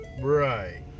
Right